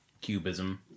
Cubism